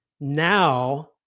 now